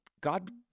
God